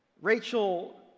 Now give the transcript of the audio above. Rachel